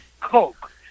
Coke